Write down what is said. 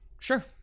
sure